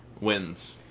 wins